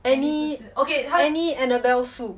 annie annie annabelle su